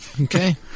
Okay